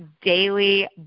daily